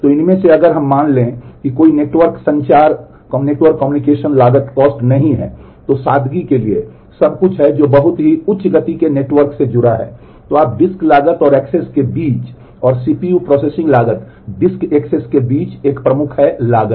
तो इनमें से अगर हम मान लें कि कोई नेटवर्क संचार लागत नहीं है तो सादगी के लिए सब कुछ है जो बहुत ही उच्च गति के नेटवर्क से जुड़ा है तो आप डिस्क लागत और एक्सेस के बीच और सीपीयू प्रोसेसिंग लागत डिस्क एक्सेस के बीच एक प्रमुख है लागत